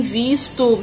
visto